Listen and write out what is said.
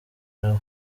yawe